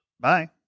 bye